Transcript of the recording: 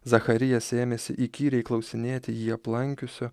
zacharijas ėmėsi įkyriai klausinėti jį aplankiusio